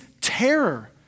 terror